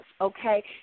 okay